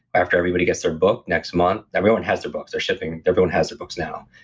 after everybody gets their book, next month. everyone has their books, they're shipping, everyone has their books now.